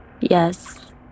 Yes